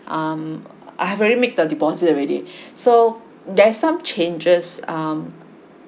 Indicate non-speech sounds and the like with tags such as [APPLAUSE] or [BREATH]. um I have already make the deposit already [BREATH] so there's some changes um